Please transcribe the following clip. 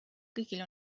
kõigil